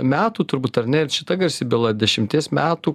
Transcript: metų turbūt ar ne ir šita garsi byla dešimties metų